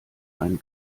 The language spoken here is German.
einen